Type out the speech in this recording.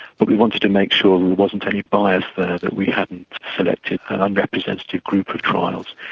but we wanted to make sure there wasn't any bias there, that we hadn't selected an unrepresentative group of trials.